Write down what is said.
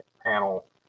panel